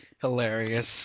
hilarious